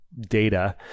Data